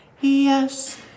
Yes